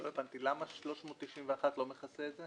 למה 391 לא מכסה את זה?